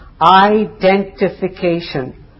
identification